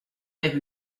père